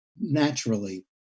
naturally